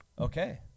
Okay